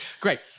Great